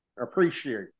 appreciate